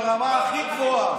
ברמה הכי גבוהה,